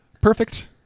perfect